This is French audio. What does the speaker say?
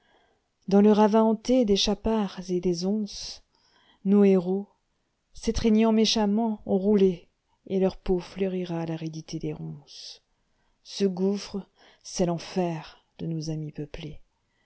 dans le ravin hanté des chats pards et des oncesnos héros s'étreignant méchamment ont roulé et leur peau fleurira l'aridité des ronces ce gouffre c'est l'enfer de nos amis peuplé